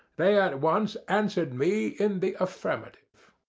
they at once answered me in the affirmative.